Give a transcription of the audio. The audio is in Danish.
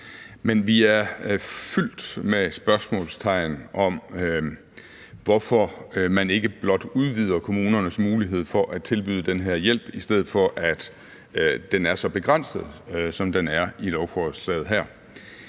Men vi er fyldt med spørgsmålstegn om, hvorfor man ikke blot udvider kommunernes mulighed for at tilbyde den her hjælp, i stedet for at den er så begrænset, som den er i lovforslaget her.